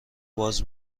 باز